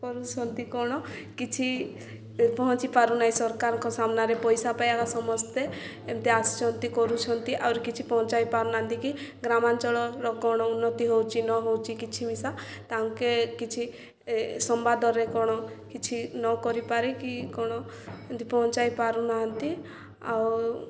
କରୁଛନ୍ତି କ'ଣ କିଛି ପହଞ୍ଚି ପାରୁନାହିଁ ସରକାରଙ୍କ ସାମ୍ନାରେ ପଇସା ପାଇଁ ଏକା ସମସ୍ତେ ଏମିତି ଆସୁଛନ୍ତି କରୁଛନ୍ତି ଆହୁରି କିଛି ପହଞ୍ଚାଇ ପାରୁନାହାନ୍ତି କି ଗ୍ରାମାଞ୍ଚଳର କ'ଣ ଉନ୍ନତି ହେଉଛି ନ ହେଉଛି କିଛି ମିଶା ତାଙ୍କେ କିଛି ସମ୍ବାଦରେ କ'ଣ କିଛି ନ କରିପାରିକି କ'ଣ ଏମତି ପହଁଞ୍ଚାଇ ପାରୁନାହାନ୍ତି ଆଉ